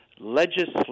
legislative